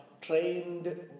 trained